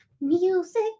Music